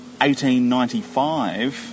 1895